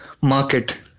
market